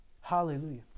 Hallelujah